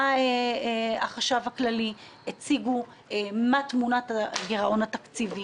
בא החשב הכללי והציגו את תמונת הגירעון התקציבי.